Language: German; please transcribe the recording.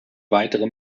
weitere